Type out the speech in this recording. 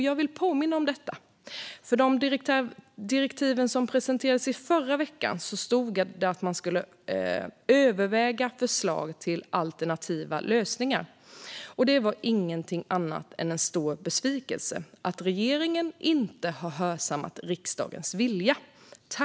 Jag vill påminna om detta, för i de direktiv som presenterades förra veckan stod att man skulle överväga förslag till alternativa lösningar. Det var ingenting annat än en stor besvikelse att regeringen inte hörsammat riksdagens vilja.